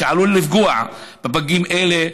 והוא עלול לפגוע בפגים אלה,